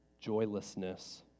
joylessness